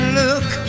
look